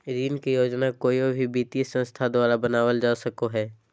ऋण के योजना कोय भी वित्तीय संस्था द्वारा बनावल जा सको हय